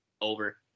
Over